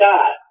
God